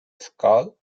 skull